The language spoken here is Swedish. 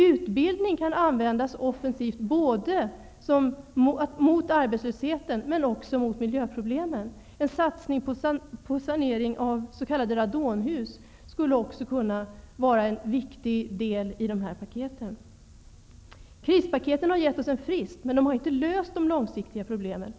Utbildning kan användas offensivt både mot arbetslösheten men också mot miljöproblemen. En satsning på sanering av s.k. radonhus skulle också kunna vara en viktig del i dessa paket. Krispaketen har gett oss en frist, men de har inte löst de långsiktiga problemen.